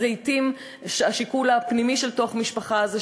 אז לעתים השיקול הפנימי בתוך המשפחה הוא,